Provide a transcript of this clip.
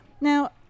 Now